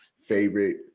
favorite